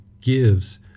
gives